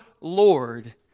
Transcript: Lord